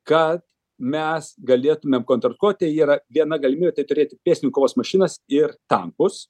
kad mes galėtumėm kontraatakuoti yra viena galimybė tai turėti pėstininkų kovos mašinas ir tankus